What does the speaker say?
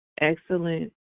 excellent